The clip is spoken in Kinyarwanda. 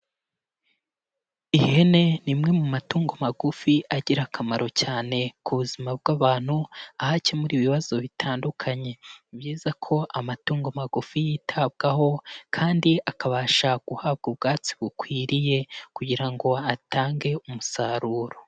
Ihene ni imwe mu matungo magufi agira akamaro cyane ku buzima bw'abantu, aho akemura ibibazo bitandukanye; ni byiza ko amatungo magufi yitabwaho kandi akabasha guhabwa ubwatsi bukwiriye kugira ngo atange umusaruro.